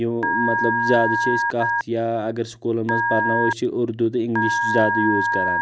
یہِ مطلب زیادٕ چھِ أسۍ کتھ یا اَگر سکوٗلن منٛز پرناوَو أسۍ چھِ اُردوٗ تہٕ اِنٛگلِش زیادٕ یوٗز کَران